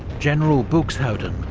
general buxhowden,